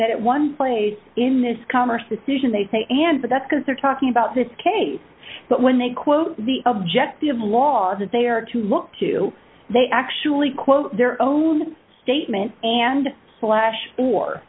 that it one place in this conversation they say and so that's because they're talking about this case but when they quote the objective law that they are to look to they actually quote their own statement and flash for